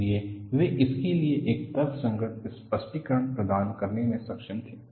इसलिए वे इसके लिए एक तर्कसंगत स्पष्टीकरण प्रदान करने में सक्षम थे